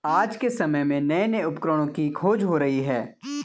आज के समय में नये नये उपकरणों की खोज हो रही है